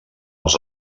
els